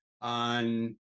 on